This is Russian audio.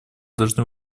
должны